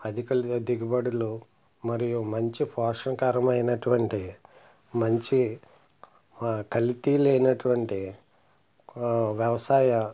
అధిక దిగుబడులు మరియు మంచి పోషణకరమైనటువంటి మంచి కల్తీ లేనటువంటి వ్యవసాయ